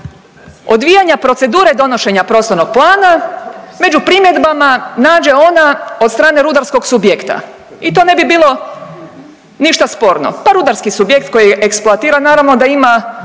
odvijanja procedure donošenja prostornog plana među primjedbama nađe ona od strane rudarskog subjekta. I to ne bi bilo ništa sporno, pa rudarski subjekt koji je eksploatiran naravno da ima